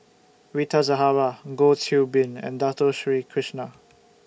Rita Zahara Goh Qiu Bin and Dato Sri Krishna